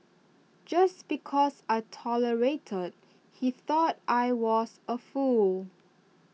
just because I tolerated he thought I was A fool